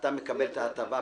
ואתה מקבל את ההטבה,